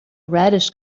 reddish